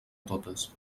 totes